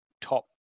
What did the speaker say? top